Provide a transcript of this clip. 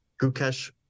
Gukesh